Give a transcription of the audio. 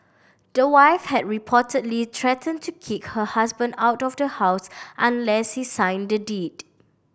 the wife had reportedly threatened to kick her husband out of the house unless he signed the deed